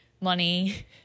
money